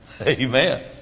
Amen